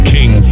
King